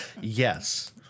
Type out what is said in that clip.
Yes